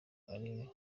ari